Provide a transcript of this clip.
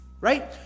right